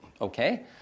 okay